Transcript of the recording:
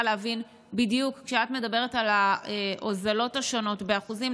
כשאת מדברת על ההוזלות השונות באחוזים,